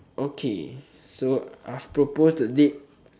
okay so I've proposed a date